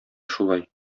шулай